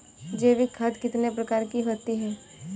जैविक खाद कितने प्रकार की होती हैं?